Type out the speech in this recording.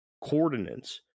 coordinates